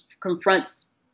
confronts